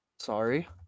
Sorry